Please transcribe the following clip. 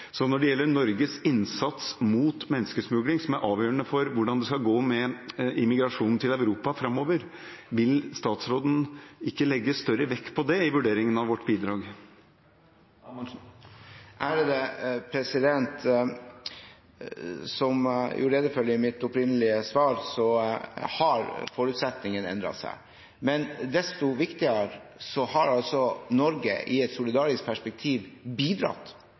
Når det gjelder Norges innsats mot menneskesmugling, som er avgjørende for hvordan det skal gå med immigrasjonen til Europa framover: Vil ikke statsråden legge større vekt på det i vurderingen av vårt bidrag? Som jeg gjorde rede for i mitt opprinnelige svar, har forutsetningene endret seg, men desto viktigere har altså Norge i et solidarisk perspektiv bidratt